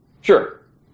sure